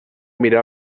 mirar